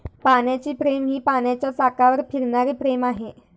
पाण्याची फ्रेम ही पाण्याच्या चाकावर फिरणारी फ्रेम आहे